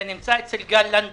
זה נמצא אצל גל לנדאו.